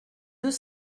deux